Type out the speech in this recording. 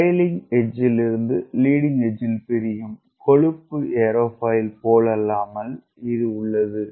ட்ரைக்ளிங் எட்ஜ்ல் இருந்து லீடிங் எட்ஜ்ல் பிரியும் கொழுப்பு ஏரோஃபாயில் போலல்லாமல் இது உள்ளது